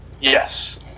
Yes